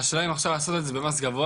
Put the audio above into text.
השאלה אם עכשיו לעשות את זה במס גבוה